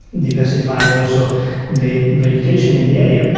diversify also the vegetation in the area,